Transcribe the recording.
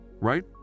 right